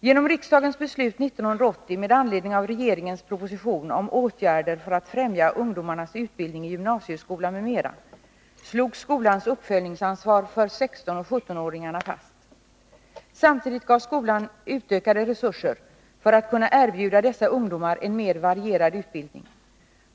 Genom riksdagens beslut 1980 med anledning av regeringens proposition om åtgärder för att främja ungdomarnas utbildning i gymnasieskolan m.m. slogs skolans uppföljningsansvar för 16-17-åringarna fast. Samtidigt gavs skolan utökade resurser för att kunna erbjuda dessa ungdomar en mer varierad utbildning.